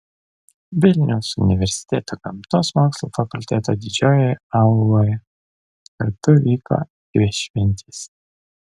vilniaus universiteto gamtos mokslų fakulteto didžiojoje auloje kartu vyko dvi šventės